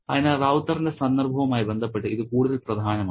അതിനാൽ റൌത്തറിന്റെ സന്ദർഭവുമായി ബന്ധപ്പെട്ട് ഇത് കൂടുതൽ പ്രധാനമാണ്